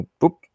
Boop